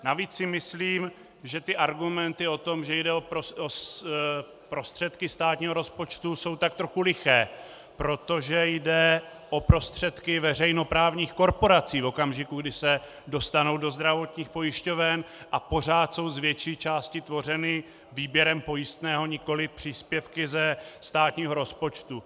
Navíc si myslím, že ty argumenty o tom, že jde o prostředky státního rozpočtu, jsou tak trochu liché, protože jde o prostředky veřejnoprávních korporací v okamžiku, kdy se dostanou do zdravotních pojišťoven, a pořád jsou z větší části tvořeny výběrem pojistného, nikoli příspěvky ze státního rozpočtu.